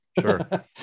Sure